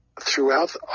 throughout